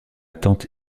tante